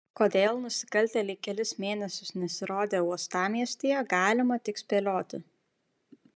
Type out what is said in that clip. kodėl nusikaltėliai kelis mėnesius nesirodė uostamiestyje galima tik spėlioti